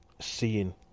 seeing